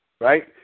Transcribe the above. Right